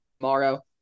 tomorrow